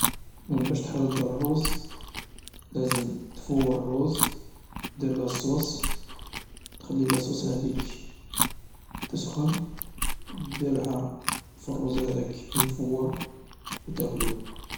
باش تحضر الروز لازم تفور الروز تدير لاصوص تخلي لاصوص هذيك تسخن و تديرها في الزوز هداك المفور و تاكلو.